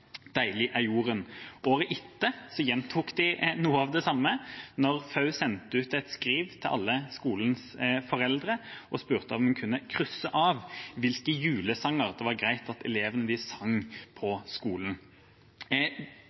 jorden. Året etter gjentok de noe av det samme da FAU sendte ut et skriv til alle skoleelevenes foreldre og spurte om de kunne krysse av hvilke julesanger det var greit at elevene sang på skolen.